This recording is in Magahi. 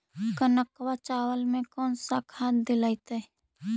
कनकवा चावल में कौन से खाद दिलाइतै?